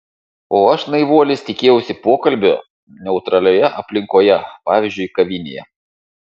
o aš naivuolis tikėjausi pokalbio neutralioje aplinkoje pavyzdžiui kavinėje